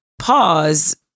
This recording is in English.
pause